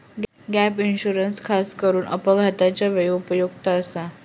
gap insurance खासकरून अपघाताच्या वेळी उपयुक्त आसा